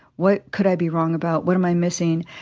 what could i be wrong about? what am i missing?